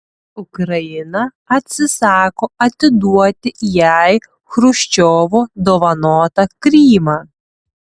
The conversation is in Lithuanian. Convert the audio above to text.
ukraina atsisako atiduoti jai chruščiovo dovanotą krymą